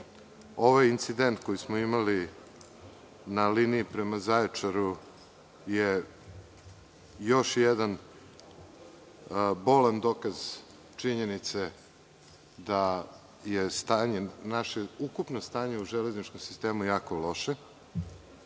Ovaj incident koji smo imali na liniji prema Zaječaru je još jedan bolan dokaz činjenice, da je stanje, naše ukupno stanje u železničkom sistemu jako loše. Taj